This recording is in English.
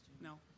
No